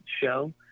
show